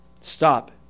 stop